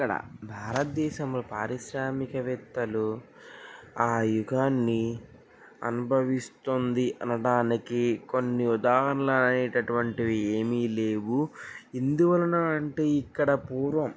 ఇక్కడ భారతదేశంలో పారిశ్రామికవేత్తలు ఆ యుగాన్ని అనుభవిస్తుంది అనడానికి కొన్ని ఉదాహరణ అనేటి అటువంటివి ఏమీ లేవు ఎందువలన అంటే ఇక్కడ పూర్వం